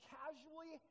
casually